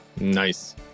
Nice